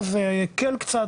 אז זה כן קצת שחרר.